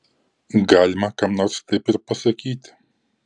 galima kam nors taip ir pasakyti